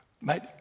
mate